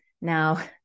Now-